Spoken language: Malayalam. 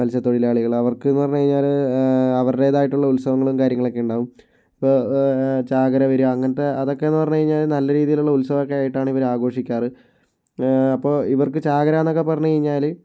മത്സ്യത്തൊഴിലാളികൾ അവർക്ക് എന്ന് പറഞ്ഞു കഴിഞ്ഞാൽ അവരുടേതായിട്ടുള്ള ഉത്സവങ്ങളും കാര്യങ്ങളും ഒക്കെ ഉണ്ടാകും അപ്പോൾ ചാകര വരിക അങ്ങനത്തെ അതൊക്കെ എന്ന് പറഞ്ഞു കഴിഞ്ഞാൽ നല്ല രീതിയിലുള്ള ഉത്സവമൊക്കെ ആയിട്ടാണ് ഇവർ ആഘോഷിക്കാറ് അപ്പോൾ ഇവർക്ക് ചാകരയെന്നൊക്കെ പറഞ്ഞു കഴിഞ്ഞാൽ